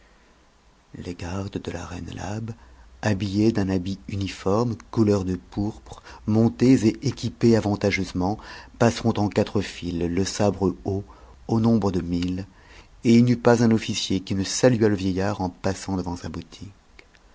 les gardes de la reine labe habillés d'un habit uniforme couleur de pourpre montés et équipés avantageusement passeront en quat files le sabre haut au nombre de mille et il n'y eut pas un ohictcr q ne satuat le vieittard en passant devant sa boutique